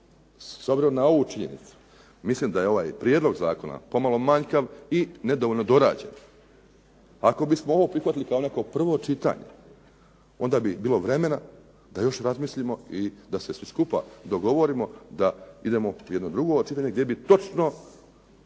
obzirom na ovu činjenicu, mislim da je ovaj prijedlog zakona pomalo manjkav i nedovoljno dorađen. Ako bismo ovo prihvatili kao neko prvo čitanje, onda bi bilo vremena da još razmislimo i da se svi skupa dogovorimo da idemo u jedno drugo čitanje gdje bi točno